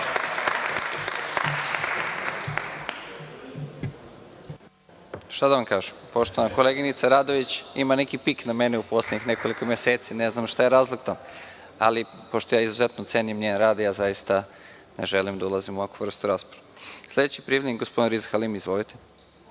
Šta da vam kažem? Poštovana koleginica Radović ima neki pik na mene u poslednjih nekoliko meseci. Ne znam šta je razlog tome, ali, pošto izuzetno cenim njen rad, zaista ne želim da ulazim u ovakvu vrstu rasprave. Sledeći prijavljeni je gospodin Riza Halimi.(Miloš